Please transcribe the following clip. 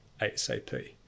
ASAP